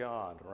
God